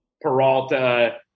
Peralta